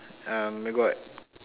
um got